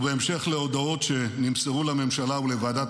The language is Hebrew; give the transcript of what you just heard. ובהמשך להודעות שנמסרו לממשלה ולוועדת